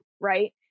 right